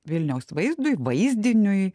vilniaus vaizdui vaizdiniui